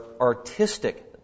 artistic